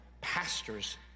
pastors